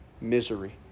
misery